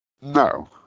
No